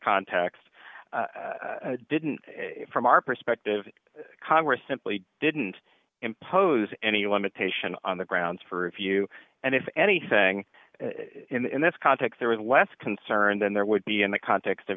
context didn't from our perspective congress simply didn't impose any limitation on the grounds for review and if anything in this context there was less concern then there would be in the context of